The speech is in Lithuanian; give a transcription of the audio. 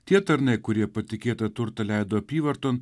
tie tarnai kurie patikėtą turtą leido apyvarton